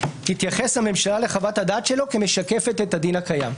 הממשלה תתייחס לחוות הדעת שלו כמשקפת את הדין הקיים.